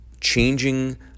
changing